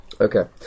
Okay